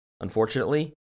unfortunately